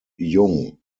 jung